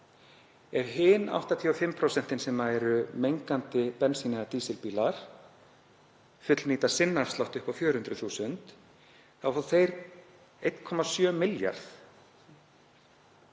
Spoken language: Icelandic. Ef hin 85%, sem eru mengandi bensín- eða dísilbílar, fullnýta sinn afslátt upp á 400.000 kr. fá þeir 1,7 milljarða.